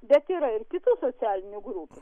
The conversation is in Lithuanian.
bet yra ir kitų socialinių grupių